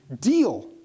deal